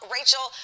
Rachel